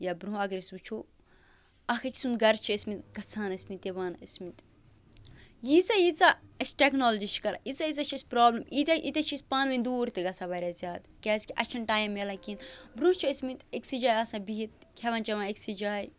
یا برٛونٛہہ اَگر أسۍ وُچھو اَکھ أکۍ سُنٛد گَرٕ چھِ ٲسمٕتۍ گژھان ٲسمٕتۍ یِوان ٲسمٕتۍ ییٖژاہ ییٖژاہ اَسہِ ٹٮ۪کنالجی چھِ کَران ییٖژاہ ییٖژاہ چھِ اَسہِ پرٛابلِم ییٖتیاہ ییٖتیاہ چھِ أسۍ پانہٕ وٕنۍ دوٗر تہِ گژھان واریاہ زیادٕ کیازِکہِ اَسہِ چھُنہٕ ٹایِم میلان کِہیٖنۍ برٛونٛہہ چھِ ٲسمٕتۍ أکسٕے جایہِ آسان بِہِتھ کھٮ۪وان چٮ۪وان أکسٕے جایے